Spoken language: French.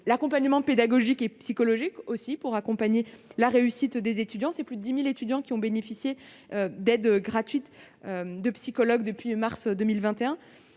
L'accompagnement pédagogique et psychologique participe aussi de la réussite des étudiants : plus de 10 000 étudiants ont bénéficié d'aides gratuites de psychologues depuis mars 2021.